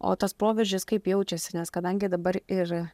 o tas proveržis kaip jaučiasi nes kadangi dabar ir